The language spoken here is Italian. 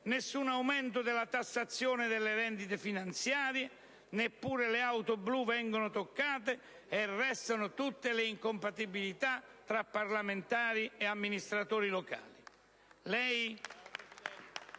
nessun aumento della tassazione delle rendite finanziarie; neppure le auto blu vengono toccate, e restano tutte le incompatibilità tra parlamentari e amministratori locali.